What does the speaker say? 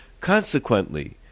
Consequently